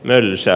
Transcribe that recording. mölsä